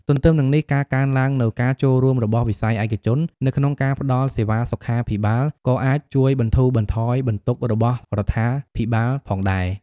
ទទ្ទឹមនឹងនេះ ការកើនឡើងនូវ ការចូលរួមរបស់វិស័យឯកជន នៅក្នុងការផ្តល់សេវាសុខាភិបាល ក៏អាចជួយបន្ធូរបន្ថយបន្ទុករបស់រដ្ឋាភិបាលផងដែរ។